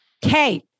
Kate